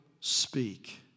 speak